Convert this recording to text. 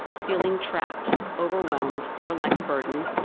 feeling trapped, overwhelmed, or like a burden,